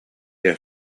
der